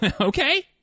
Okay